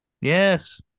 Yes